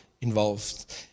involved